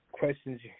questions